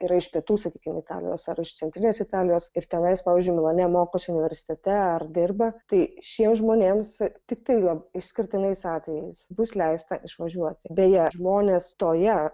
yra iš pietų sakykim italijos ar iš centrinės italijos ir tenais man žinoma mokosi universitete ar dirba tai šiems žmonėms tiktai gal išskirtiniais atvejais bus leista išvažiuoti beje žmonės toje